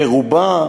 ברובה,